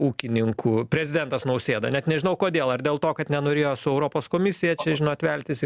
ūkininkų prezidentas nausėda net nežinau kodėl ar dėl to kad nenorėjo su europos komisija čia žinot veltis į